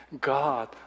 God